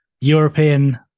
European